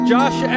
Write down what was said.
Josh